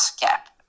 gap